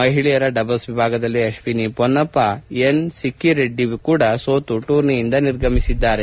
ಮಹಿಳೆಯರ ಡಬಲ್ಲ್ ವಿಭಾಗದಲ್ಲಿ ಅಶ್ವಿನಿ ಮೊನ್ನಪ್ಪ ಎನ್ ಸಿಕ್ಕಿ ರೆಡ್ಡಿ ಕೂಡ ಸೋತು ಟೂರ್ನಿಯಿಂದ ನಿರ್ಗಮಿಸಿದ್ದಾರೆ